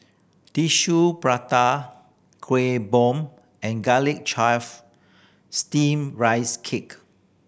Tissue Prata Kueh Bom and garlic chive Steamed Rice Cake